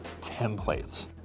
templates